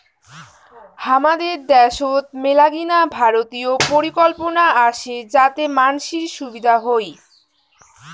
হামাদের দ্যাশোত মেলাগিলা ভারতীয় পরিকল্পনা আসে যাতে মানসির সুবিধা হই